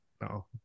no